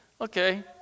Okay